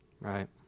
Right